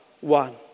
one